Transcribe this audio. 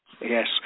Yes